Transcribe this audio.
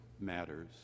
matters